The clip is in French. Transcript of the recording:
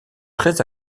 très